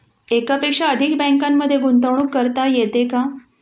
एकापेक्षा अधिक बँकांमध्ये गुंतवणूक करता येते का?